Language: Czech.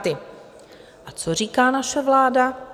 A co říká naše vláda?